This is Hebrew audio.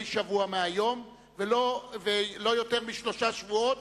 שבוע מהיום ולא יותר משלושה שבועות,